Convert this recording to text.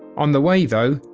on the way though,